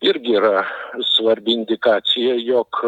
irgi yra svarbi indikacija jog